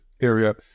area